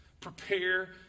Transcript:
prepare